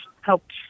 helped